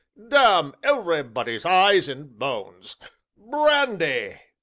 damn everybody's eyes and bones brandy!